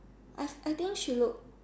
I I think she look